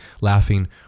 laughing